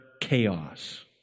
chaos